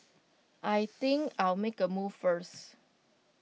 I think I'll make A move first